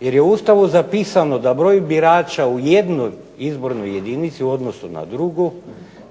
Jer je u Ustavu zapisano da broj birača u jednoj izbornoj jedinici u odnosu na drugu,